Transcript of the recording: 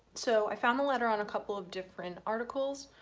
so i found the letter on a couple of different articles.